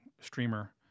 streamer